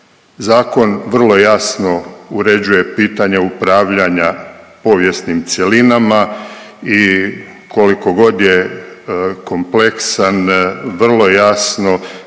Zakon vrlo jasno uređuje pitanje upravljanja povijesnim cjelinama i koliko god je kompleksan, vrlo jasno